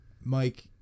Mike